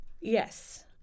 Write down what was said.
Yes